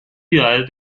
ciudades